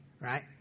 right